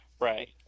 Right